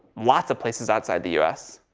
lots of places outside the u s,